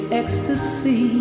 ecstasy